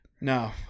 No